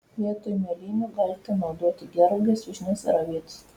vietoj mėlynių galite naudoti gervuoges vyšnias ar avietes